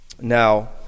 Now